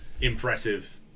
impressive